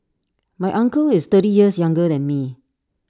my uncle is thirty years younger than me